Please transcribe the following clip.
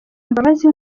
imbabazi